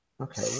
Okay